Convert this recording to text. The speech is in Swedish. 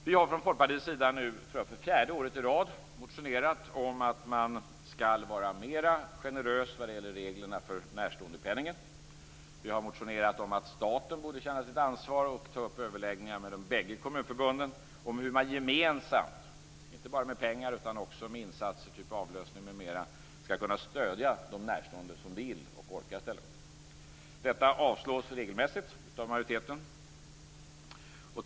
Vi har från Folkpartiets sida nu för fjärde året i rad motionerat om att man skall vara mer generös när det gäller reglerna för närståendepenningen. Vi har motionerat om att staten borde känna sitt ansvar och ta upp överläggningar med bägge kommunförbunden om hur man gemensamt, inte bara med pengar utan också med insatser som avlösning m.m., skall kunna stödja de närstående som vill och orkar ställa upp. Detta avslås regelmässigt av majoriteten.